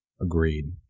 Agreed